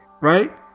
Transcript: right